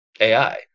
AI